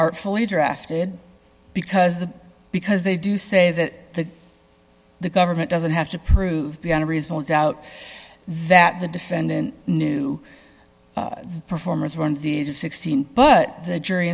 artfully drafted because the because they do say that the government doesn't have to prove beyond a reasonable doubt that the defendant knew the performers were in the age of sixteen but the jury